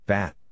Bat